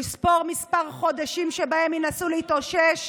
לספור כמה חודשים שבהם ינסו להתאושש